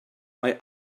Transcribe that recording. mae